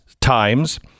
times